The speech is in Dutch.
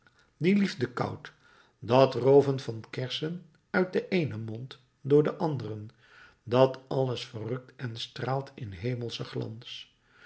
die liefdekout dat rooven van kersen uit den eenen mond door den anderen dat alles verrukt en straalt in hemelschen glans